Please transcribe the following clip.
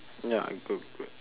ya good good